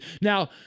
Now